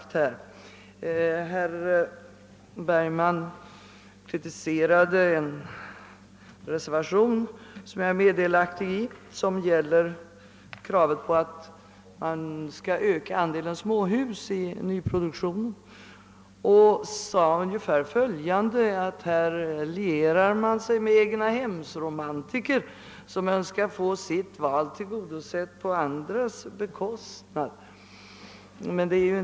till blandekonomi. Men varför då begränsa blandekonomins villkor?